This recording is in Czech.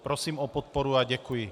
Prosím o podporu a děkuji.